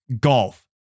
golf